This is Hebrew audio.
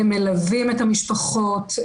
הם מלווים את המשפחות,